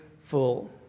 full